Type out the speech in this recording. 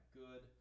good